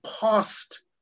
past